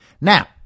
now